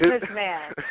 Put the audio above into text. businessman